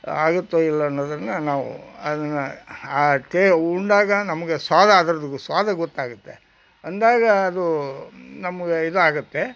ಆಗುತ್ತೋ ಇಲ್ಲ ಅನ್ನೋದನ್ನು ನಾವು ಅದನ್ನು ಆ ಟೆ ಉಂಡಾಗ ನಮ್ಗೆ ಸ್ವಾದ ಅದ್ರದ್ದು ಸ್ವಾದ ಗೊತ್ತಾಗುತ್ತೆ ಅಂದಾಗ ಅದು ನಮ್ಗೆ ಇದು ಆಗುತ್ತೆ